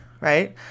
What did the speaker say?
right